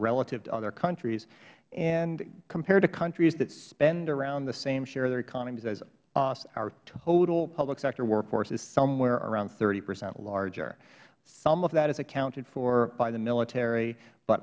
relative to other countries and compared to countries that spend around the same share of their economies as us our total public sector workforce is somewhere around thirty percent larger some of that is accounted for by the military but